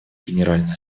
генеральной